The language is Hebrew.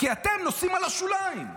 כי אתם נוסעים על השוליים,